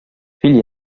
fill